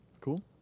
cool